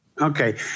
Okay